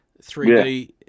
3D